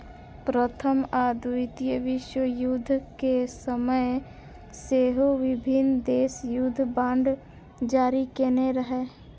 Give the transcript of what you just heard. प्रथम आ द्वितीय विश्वयुद्ध के समय सेहो विभिन्न देश युद्ध बांड जारी केने रहै